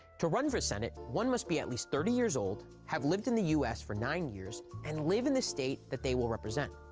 to run for senate, one must be at least thirty years old, have lived in the us for nine years, and live in the state that they will represent.